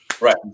right